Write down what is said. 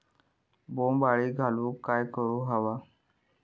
बोंड अळी घालवूक काय करू व्हया?